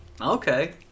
Okay